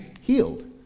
healed